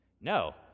No